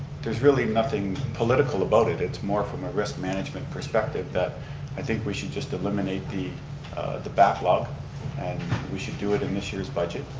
there's really nothing political about it. it's more from a risk management perspective that i think we should just eliminate the the backlog and we should do it in this year's budget.